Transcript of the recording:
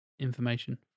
information